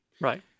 Right